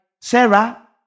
Sarah